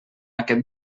aquest